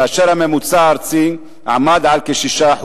כאשר הממוצע הארצי עמד על כ-6%.